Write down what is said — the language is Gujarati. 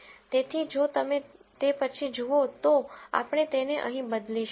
તેથી જો તમે તે પછી જુઓ તો આપણે તેને અહીં બદલીશું